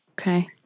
Okay